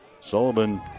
Sullivan